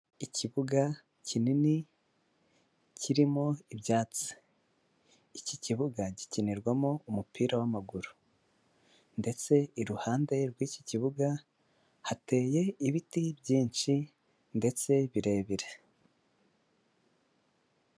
Ikibuga kinini kirimo ibyatsi, iki kibuga gikinirwamo umupira w'amaguru ndetse iruhande rw'iki kibuga hateye ibiti byinshi ndetse birebire.